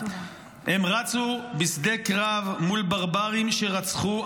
הם רצו בשדה קרב מול ברברים שרצחו,